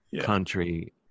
country